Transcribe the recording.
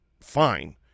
fine